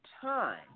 time